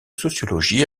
sociologie